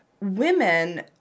women